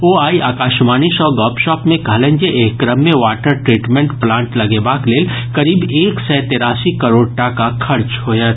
ओ आइ आकाशवाणी सँ गपशप मे कहलनि जे एहि क्रम मे वाटर ट्रीटमेंट प्लांट लगेबाक लेल करीब एक सय तेरासी करोड़ टाका खर्च होयत